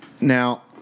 Now